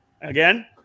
again